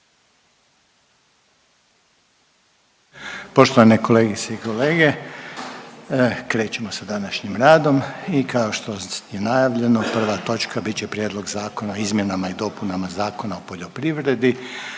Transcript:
Poštovane kolegice i kolege, krećemo s današnjim radom i kao što je najavljeno prva točka bit će: - Prijedlog Zakona o izmjenama i dopunama Zakona o poljoprivredi,